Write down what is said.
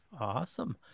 Awesome